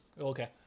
Okay